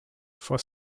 for